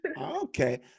Okay